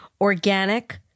Organic